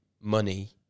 money